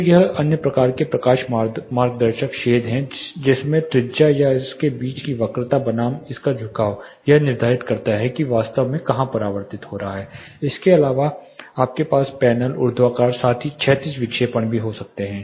तो यह एक अन्य प्रकार का प्रकाश मार्गदर्शक शेड है जिसमें त्रिज्या या इसके बीच की वक्रता बनाम इसका झुकाव यह निर्धारित करता है कि यह वास्तव में कहां परावर्तित हो रहा है इसके अलावा आपके पास पैनल ऊर्ध्वाधर साथ ही क्षैतिज विक्षेपण भी हो सकते हैं